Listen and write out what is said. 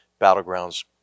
Battlegrounds